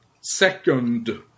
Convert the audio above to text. second